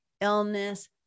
illness